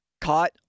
Caught